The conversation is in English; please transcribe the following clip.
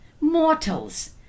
mortals